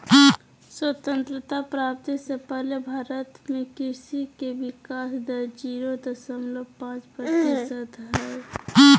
स्वतंत्रता प्राप्ति से पहले भारत में कृषि के विकाश दर जीरो दशमलव पांच प्रतिशत हई